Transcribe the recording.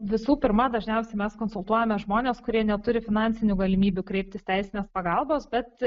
visų pirma dažniausiai mes konsultuojame žmones kurie neturi finansinių galimybių kreiptis teisinės pagalbos bet